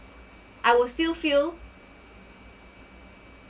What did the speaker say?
I would still feel